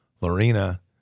Lorena